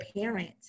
parent